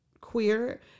queer